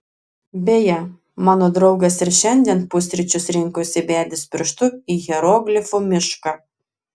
beje mano draugas ir šiandien pusryčius rinkosi bedęs pirštu į hieroglifų mišką